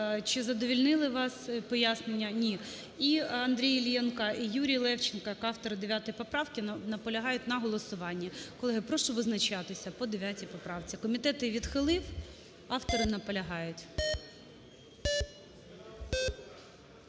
чи задовільнили вас пояснення? Ні. І Андрій Іллєнко, і Юрій Левченко як автори 9 поправки наполягають на голосуванні. Колеги, прошу визначатися по 9 поправці. Комітет її відхилив, автори наполягають.